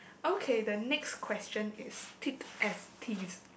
okay the next question is